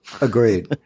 Agreed